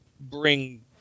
bring